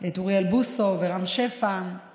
את אוריאל בוסו ורם שפע,